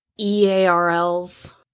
EARLs